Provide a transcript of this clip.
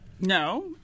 No